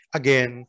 again